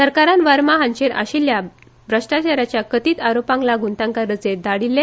सरकारान वर्मा हांचेर आशिल्ल्या भ्रश्टाचाराचे कथीत आरोपांक लागून तांकां रजेर धाडिल्ले